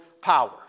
power